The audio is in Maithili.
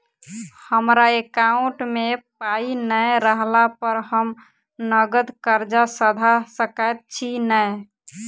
हमरा एकाउंट मे पाई नै रहला पर हम नगद कर्जा सधा सकैत छी नै?